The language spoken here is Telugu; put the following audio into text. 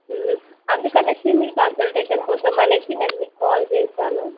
అందుకనేసి మీ కన్సల్టేషన్ కోసమనేసి నేను మీకు కాల్ చేశాను